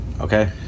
Okay